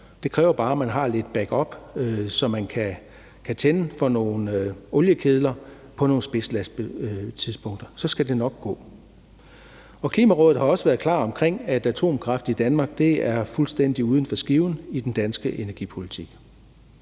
Det kræver bare, at man har lidt backup, så man kan tænde for nogle oliekedler på spidsbelastningstidspunkter; så skal det nok gå. Klimarådet har også været klar omkring, at atomkraft i Danmark er fuldstændig uden for skiven i den danske energipolitik,